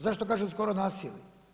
Zašto kažem skoro nasjeli?